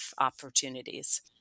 opportunities